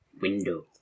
Window